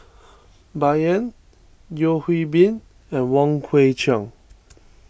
Bai Yan Yeo Hwee Bin and Wong Kwei Cheong